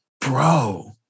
bro